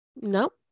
Nope